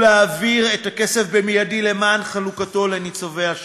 ולהעביר את הכסף מיידית למען חלוקתו לניצולי השואה.